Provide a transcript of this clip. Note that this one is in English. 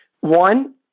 One